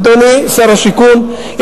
אדוני שר השיכון,